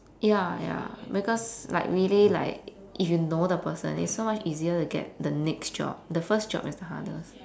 ya ya because like really like if you know the person it's so much easier to get the next job the first job is the hardest